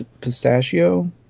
Pistachio